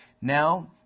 now